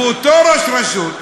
ואותו ראש רשות,